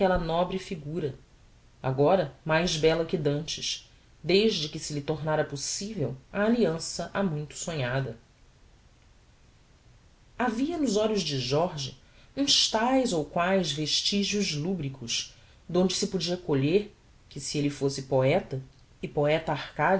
nobre figura agora mais bella que d'antes desde que se lhe tornara possivel a alliança ha muito sonhada havia nos olhos de jorge uns taes ou quaes vestigios lubricos donde se podia colher que se elle fosse poeta e poeta arcadico